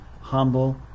humble